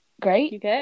Great